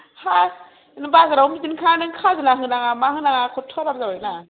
बाजारावनो बिदिनोखा खाजिना होनाङा मा होनां खथ' आराम जाबाय ना